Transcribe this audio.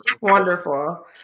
Wonderful